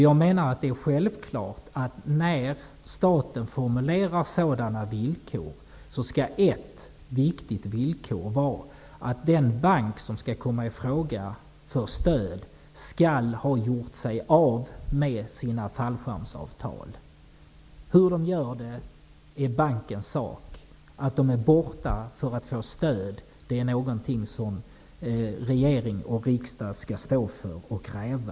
Jag menar att det är självklart att ett sådant viktigt villkor som staten formulerar skall vara att den bank som skall komma i fråga för stöd skall ha gjort sig av med sina fallskärmsavtal. Hur det görs är bankens sak. Att fallskärmsavtalen skall vara borta för att stöd skall utgå är något som regering och riksdag skall stå för och kräva.